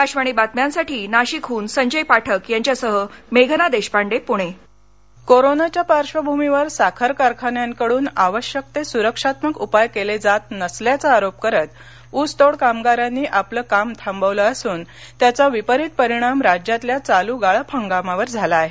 आकाशवाणी बातम्यांसाठी नाशिकहन संजय पाठक यांच्यासह मेघना देशपांडे पुणे साखर कारखाना कोरोनाच्या पार्श्वभूमीवर साखर कारखान्यांकडून आवश्यक ते सुरक्षात्मक उपाय केले जात नसल्याचा आरोप करत ऊसतोड कामगारांनी आपलं काम थांबवलं असून त्याचा विपरीत परिणाम राज्यातल्या चालू गाळप हंगामावर झाला आहे